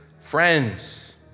friends